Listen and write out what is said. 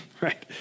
right